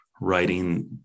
writing